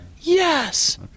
Yes